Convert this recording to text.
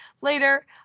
Later